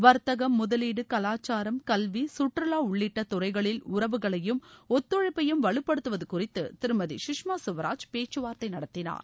வர்த்தகம் முதலீடு கலாச்சாரம் கல்வி சுற்றுலா உள்ளிட்ட துறைகளில் உறவுகளையும் ஒத்துழைப்பையும் வலுப்படுத்துவது குறித்து திருமதி சுஷ்மா சுவராஜ் பேச்சுவார்த்தை நடத்தினார்